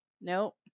Nope